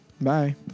Bye